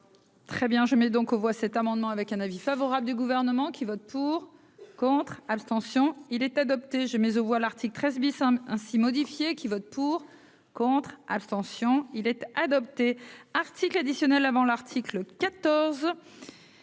très bien, je mets donc aux voix cet amendement avec un avis favorable du gouvernement qui votent pour, contre, abstention il est adopté, je mets aux voix, l'article 13 bis hein ainsi modifié qui votent pour, contre, abstention il était adopté article additionnel avant l'article 14